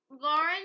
Lauren